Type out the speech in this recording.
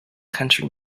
country